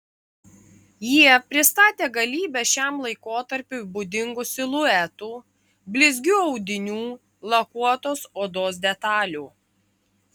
jie pristatė galybę šiam laikotarpiui būdingų siluetų blizgių audinių lakuotos odos detalių